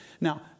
Now